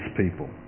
people